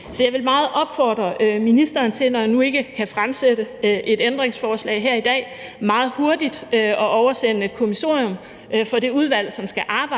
Så jeg vil meget opfordre ministeren til, når jeg nu ikke kan stille et ændringsforslag her i dag, meget hurtigt at oversende et kommissorium for det udvalg, som skal arbejde